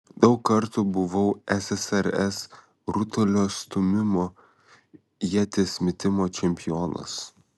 daug kartų buvau ssrs rutulio stūmimo ieties metimo čempionas